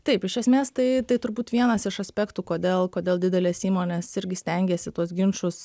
taip iš esmės tai tai turbūt vienas iš aspektų kodėl kodėl didelės įmonės irgi stengiasi tuos ginčus